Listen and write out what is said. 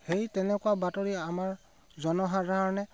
সেই তেনেকুৱা বাতৰি আমাৰ জনসাধাৰণে